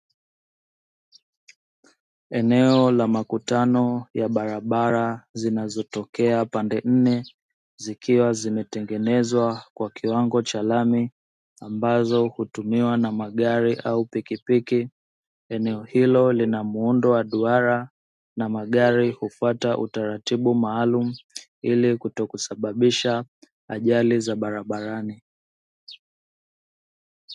Eneo la makutano ya barabara, zinazotokea pande nne zikiwa zimetengenezwa kwa kiwango cha lami ambazo hutumiwa na magari au pikipiki, eneo hilo lina muundo wa duara na magari hufuata utaratibu maalumu, ili kutokusababisha ajali za barabarani.